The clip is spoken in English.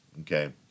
okay